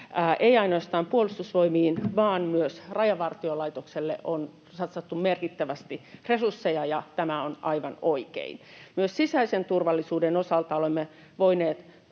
Ei ainoastaan Puolustusvoimiin vaan myös Rajavartiolaitokseen on satsattu merkittävästi resursseja, ja tämä on aivan oikein. Myös sisäisen turvallisuuden osalta olemme voineet